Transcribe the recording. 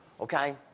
Okay